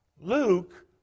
Luke